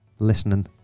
listening